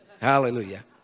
Hallelujah